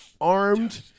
armed